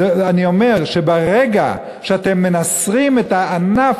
אני אומר שברגע שאתם מנסרים את הענף